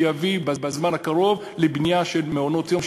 יביא בזמן הקרוב לבנייה של מעונות-יום,